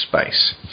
Space